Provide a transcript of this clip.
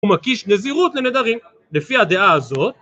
הוא מקיש נזירות לנדרים. לפי הדעה הזאת